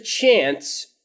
chance